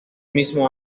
mismo